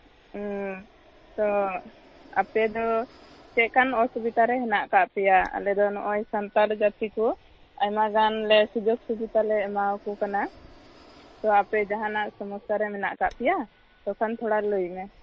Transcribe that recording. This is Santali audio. ᱛᱚ ᱟᱯᱮ ᱫᱚ ᱪᱮᱜ ᱠᱟᱱ ᱚᱥᱵᱤᱛᱟᱨᱮ ᱦᱮᱱᱟᱜ ᱠᱟᱜ ᱯᱮᱭᱟ ᱟᱞᱮ ᱫᱚ ᱱᱚᱜ ᱚᱭ ᱥᱟᱱᱛᱟᱲ ᱡᱟᱛᱤ ᱠᱚ ᱟᱭᱢᱟ ᱜᱟᱱ ᱞᱮ ᱥᱩᱡᱳᱜᱽ ᱥᱩᱵᱤᱫᱟᱞᱮ ᱮᱢᱟᱣ ᱠᱚ ᱠᱟᱱᱟ ᱛᱚ ᱟᱯᱮ ᱡᱟᱦᱟᱸᱱᱟᱜ ᱥᱚᱢᱚᱥᱥᱟ ᱨᱮ ᱢᱮᱱᱟᱜ ᱠᱟᱜ ᱯᱮᱭᱟ ᱥᱚᱥᱟᱱ ᱛᱷᱚᱲᱟ ᱞᱟᱹᱭ ᱢᱮ